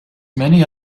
many